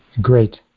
great